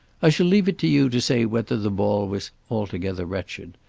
i shall leave it to you to say whether the ball was altogether wretched.